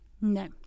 no